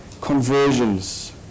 conversions